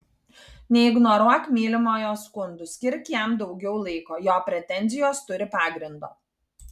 neignoruok mylimojo skundų skirk jam daugiau laiko jo pretenzijos turi pagrindo